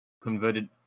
converted